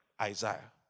Isaiah